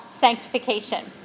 sanctification